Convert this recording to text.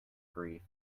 grief